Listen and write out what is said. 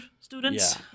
students